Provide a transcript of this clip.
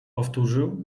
powtórzył